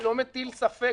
אני לא מטיל ספק,